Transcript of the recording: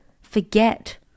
forget